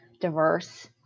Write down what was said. diverse